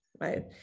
right